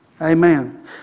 Amen